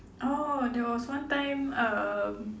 orh there was one time um